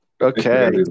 Okay